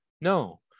No